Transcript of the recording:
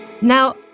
Now